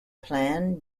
plan